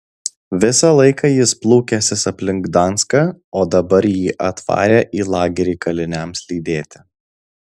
visą laiką jis plūkęsis aplink gdanską o dabar jį atvarę į lagerį kaliniams lydėti